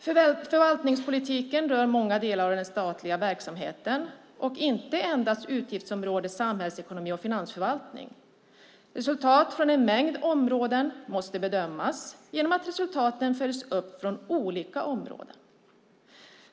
Förvaltningspolitiken rör många delar av den statliga verksamheten, inte endast utgiftsområde Samhällsekonomi och finansförvaltning. Resultat från en mängd områden måste bedömas genom att resultaten från olika områden följs upp.